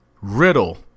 riddle